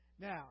Now